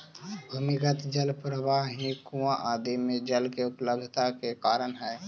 भूमिगत जल प्रवाह ही कुआँ आदि में जल के उपलब्धता के कारण हई